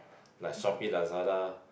like Shopeee Lazada